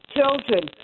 Children